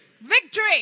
victory